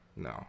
No